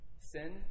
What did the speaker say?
sin